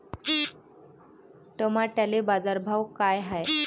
टमाट्याले बाजारभाव काय हाय?